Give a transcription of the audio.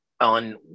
on